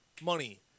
Money